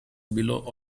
below